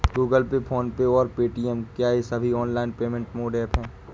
Google Pay PhonePe और Paytm क्या ये सभी ऑनलाइन पेमेंट मोड ऐप हैं?